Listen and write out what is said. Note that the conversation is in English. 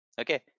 okay